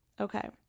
Okay